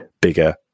bigger